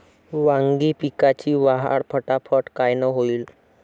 वांगी पिकाची वाढ फटाफट कायनं होईल?